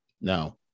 No